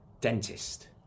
dentist